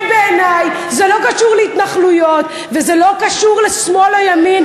ולכן בעיני זה לא קשור להתנחלויות וזה לא קשור לשמאל או ימין,